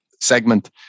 segment